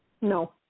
No